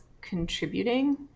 contributing